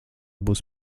būs